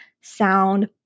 sound